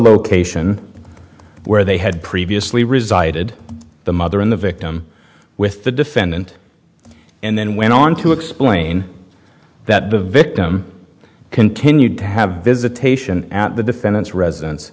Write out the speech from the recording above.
location where they had previously resided the mother in the victim with the defendant and then went on to explain that the victim continued to have visitation at the defendant's residen